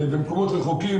במקומות רחוקים,